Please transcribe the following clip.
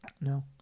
No